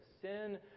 sin